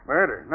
Murder